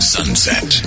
Sunset